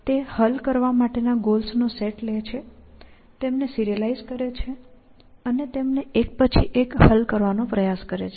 તે હલ કરવા માટેના ગોલ્સ નો સેટ લે છે તેમને સિરીઅલાઇઝ કરે છે અને તેમને એક પછી એક હલ કરવાનો પ્રયાસ કરે છે